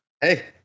Hey